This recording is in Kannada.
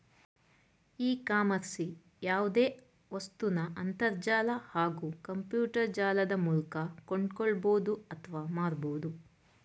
ಇ ಕಾಮರ್ಸ್ಲಿ ಯಾವ್ದೆ ವಸ್ತುನ ಅಂತರ್ಜಾಲ ಹಾಗೂ ಕಂಪ್ಯೂಟರ್ಜಾಲದ ಮೂಲ್ಕ ಕೊಂಡ್ಕೊಳ್ಬೋದು ಅತ್ವ ಮಾರ್ಬೋದು